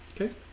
Okay